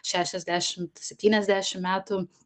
šešiasdešimt septyniasdešim metų